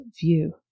view